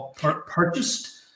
purchased